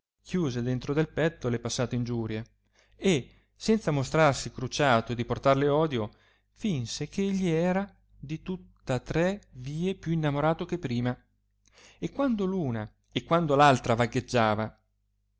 chiuse dentro del petto le passate ingiurie e senza mostrarsi crucciato e di portarle odio fìnse che egli era di tutta tre vie più innamorato che prima e quando una e quando altra vagheggiava